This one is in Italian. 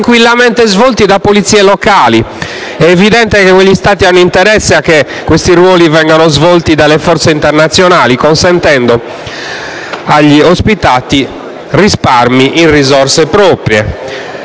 È evidente che quegli Stati hanno interesse a che questi ruoli vengano svolti dalle forze internazionali, consentendo agli ospitanti risparmi in risorse proprie.